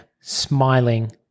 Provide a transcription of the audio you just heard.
smiling